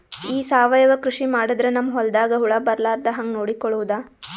ಈ ಸಾವಯವ ಕೃಷಿ ಮಾಡದ್ರ ನಮ್ ಹೊಲ್ದಾಗ ಹುಳ ಬರಲಾರದ ಹಂಗ್ ನೋಡಿಕೊಳ್ಳುವುದ?